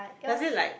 does it like